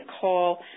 call